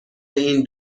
این